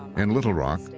and little rock,